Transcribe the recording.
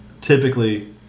typically